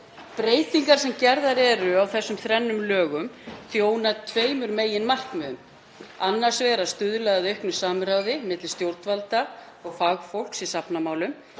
Breytingar sem gerðar eru á þessum þrennum lögum þjóna tveimur meginmarkmiðum. Annars vegar að stuðla að auknu samráði milli stjórnvalda og fagfólks í safnamálum,